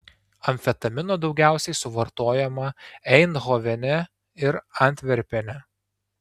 amfetamino daugiausiai suvartojama eindhovene ir antverpene